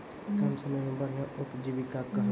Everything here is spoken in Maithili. कम समय मे बढ़िया उपजीविका कहना?